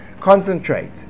concentrate